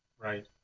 Right